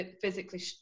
physically